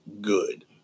good